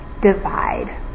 divide